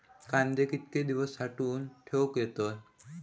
कांदे कितके दिवस साठऊन ठेवक येतत?